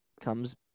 comes